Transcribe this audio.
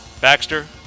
Baxter